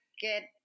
get